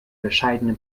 bescheidene